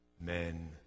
men